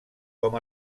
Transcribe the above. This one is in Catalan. com